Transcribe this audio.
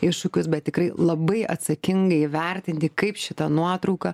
iššūkius bet tikrai labai atsakingai įvertinti kaip šita nuotrauka